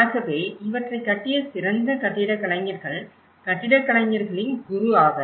ஆகவே இவற்றை கட்டிய சிறந்த கட்டிடக் கலைஞர்கள் கட்டிடக் கலைஞர்களின் குரு ஆவர்